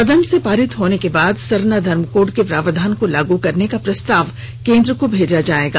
सदन से पारित होने के बाद सरना धर्म कोड के प्रावधान को लागू करने का प्रस्ताव केंद्र को भेजा जाएगा